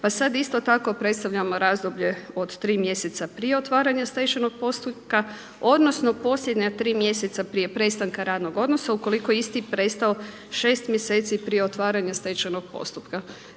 Pa sada isto tako predstavljamo razdoblje od 3 mjeseca prije otvaranja stečajnog postupka, odnosno posljednja 3 mjeseca prije prestanka radnog odnosa ukoliko je isti prestao 6 mjeseci prije otvaranja stečajnog postupka.